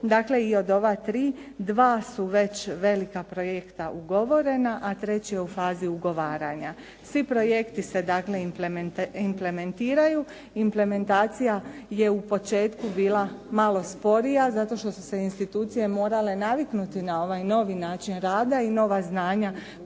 Dakle, i od ova tri dva su već velika projekta ugovorena a treći je u fazi ugovaranja. Svi projekti se dakle, implementiraju, implementacija je u početku bila malo sporija zato što su se institucije morale naviknuti na ovaj novi način rada i nova znanja